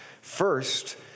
First